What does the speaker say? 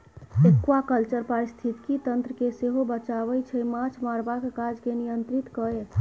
aquaculture पारिस्थितिकी तंत्र केँ सेहो बचाबै छै माछ मारबाक काज केँ नियंत्रित कए